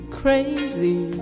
crazy